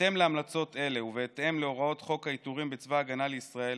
בהתאם להמלצות אלה ובהתאם להוראות חוק העיטורים בצבא הגנה לישראל